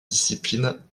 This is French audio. disciplines